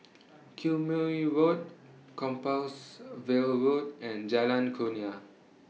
Quemoy Road Compassvale Road and Jalan Kurnia